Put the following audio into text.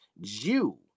Jew